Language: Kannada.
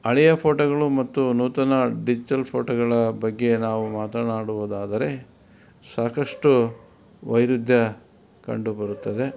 ಹಳೆಯ ಫೋಟೋಗಳು ಮತ್ತು ನೂತನ ಡಿಜ್ಟಲ್ ಫೋಟೋಗಳ ಬಗ್ಗೆ ನಾವು ಮಾತನಾಡುವುದಾದರೆ ಸಾಕಷ್ಟು ವೈರುಧ್ಯ ಕಂಡುಬರುತ್ತದೆ